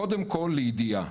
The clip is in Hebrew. קודם כל, לידיעה,